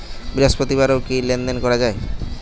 বৃহস্পতিবারেও কি লেনদেন করা যায়?